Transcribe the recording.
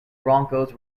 broncos